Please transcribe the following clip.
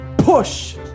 push